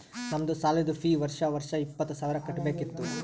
ನಮ್ದು ಸಾಲಿದು ಫೀ ವರ್ಷಾ ವರ್ಷಾ ಇಪ್ಪತ್ತ ಸಾವಿರ್ ಕಟ್ಬೇಕ ಇತ್ತು